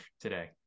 today